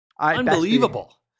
Unbelievable